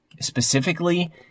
specifically